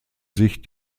sich